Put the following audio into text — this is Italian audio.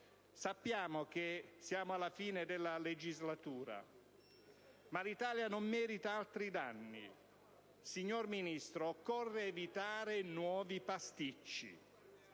Sappiamo che siamo alla fine della legislatura, ma l'Italia non merita altri danni. Signor Ministro, occorre evitare nuovi pasticci.